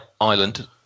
Island